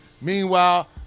Meanwhile